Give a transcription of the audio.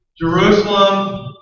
Jerusalem